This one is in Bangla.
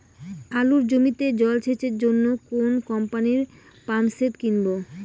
আলুর জমিতে জল সেচের জন্য কোন কোম্পানির পাম্পসেট কিনব?